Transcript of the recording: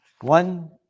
One